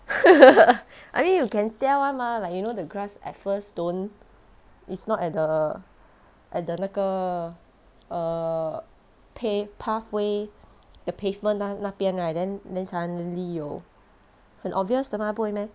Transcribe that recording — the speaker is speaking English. I mean you can tell [one] mah like you know the grass at first don't it's not at the at the 那个 err pay~ pathway the pavement 那那边 right then then suddenly 有很 obvious 的嘛不会 meh